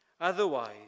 Otherwise